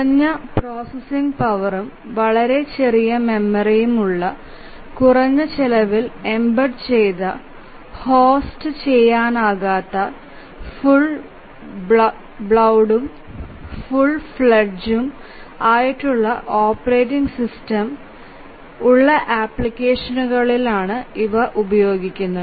കുറഞ്ഞ പ്രോസസ്സിംഗ് പവറും വളരെ ചെറിയ മെമ്മറിയും ഉള്ള കുറഞ്ഞ ചെലവിൽ എംബെഡ് ചെയ്ത ഹോസ്റ്റ് ചെയ്യാനാകാത്ത ഫുൾ ബ്ലൌണ്ഉം ഫുൾ ഫ്ലഡ്ജ്ഡ് ഓപ്പറേറ്റിംഗ് സിസ്റ്റം ഉള്ള ആപ്ലിക്കേഷനുകളിലാണ് ഇവ ഉപയോഗിക്കുന്നത്